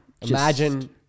imagine